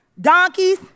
donkeys